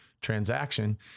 transaction